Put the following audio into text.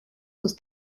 sus